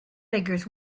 beggars